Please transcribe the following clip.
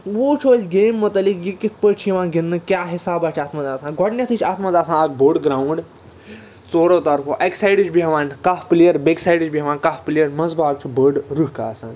وۅنۍ وُچھَو أسۍ گیٚمہِ متعلِق یہِ کِتھٕ پٲٹھی چھِ یِوان گِنٛدنہٕ کیٛاہ حساباہ چھِ اَتھ منٛز آسان گۄڈٕنٮ۪تھٕے چھِ اَتھ منٛز آسان اَکھ بوٚڈ گرٛاونٛڈ ژورَو طرفہٕ اَکہِ سایڈٕ چھِ بیٚہوان کاہ پُلیر بیٚیِس سایڈٕ چھِ بیٚہوان کاہ پُلیر منٛزباگ چھِ بٔڈ رٕکھ آسان